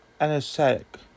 anesthetic